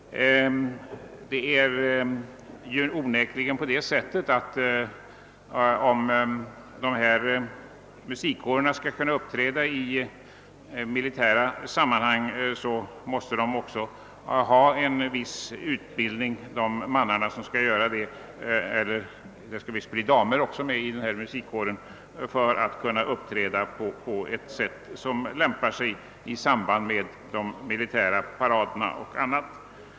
Det är onekligen på det sättet att om dessa musikkårer skall kunna uppträda i militära sammanhang så måste de mannar — och de damer som visst också skall vara med i dessa musikkårer — ha en viss utbildning för att kunna uppträda på ett sätt som lämpar sig i samband med militära parader och annat.